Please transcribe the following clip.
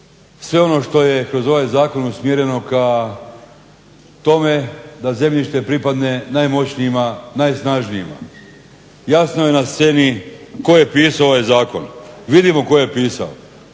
sve ono što je kroz ovaj zakon usmjereno ka tome da zemljište pripadne najmoćnijima, najsnažnijima. Jasno je na sceni tko je pisao ovaj zakon. Vidimo tko je pisao